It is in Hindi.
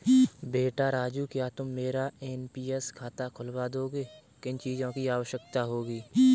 बेटा राजू क्या तुम मेरा एन.पी.एस खाता खुलवा दोगे, किन चीजों की आवश्यकता होगी?